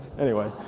anyway.